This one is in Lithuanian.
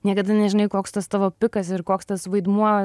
niekada nežinai koks tas tavo pikas ir koks tas vaidmuo